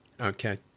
Okay